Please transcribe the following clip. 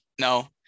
no